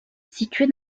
situé